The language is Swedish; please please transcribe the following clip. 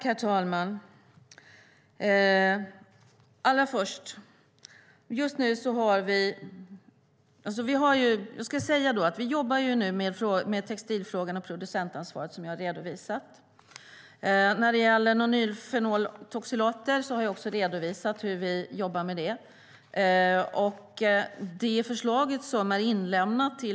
Herr talman! Vi jobbar nu med textilfrågan och producentansvaret, som jag har redovisat. Jag har också redovisat hur vi jobbar med nonylfenoletoxilater.